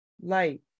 light